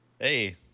Hey